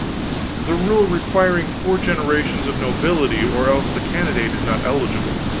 the rule requiring four generations of nobility or else the candidate is not eligible.